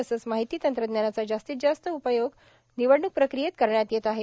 तसंच माहिती तंत्रज्ञानाचा जास्तीत जास्त उपयोग निवडणूक प्रक्रियेत करण्यात येत आहे